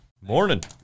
Morning